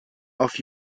auf